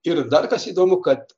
ir dar kas įdomu kad